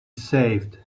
saved